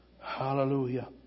Hallelujah